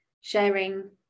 sharing